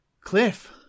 Cliff